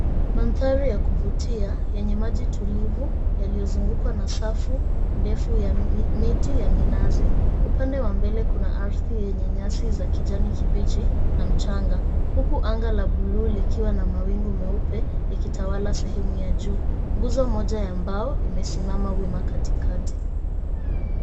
Mandhari ya kuvutia yenye maji tulivu yaliyozungukwa na safu ndefu ya miti ya minazi. Upande wa mbele kuna ardhi yenye nyasi za kijani kibichi na mchanga huku anga la buluu likiwa na mawingu meupe likitawala sehemu ya juu. Nguzo moja ya mbao imesimama wima katikati.